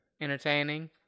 entertaining